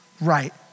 right